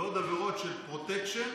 ועוד עבירות של פרוטקשן